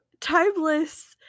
Timeless